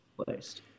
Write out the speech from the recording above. placed